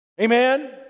Amen